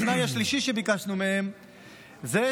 התנאי השלישי שביקשנו מהם הוא להתחייב